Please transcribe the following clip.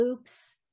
oops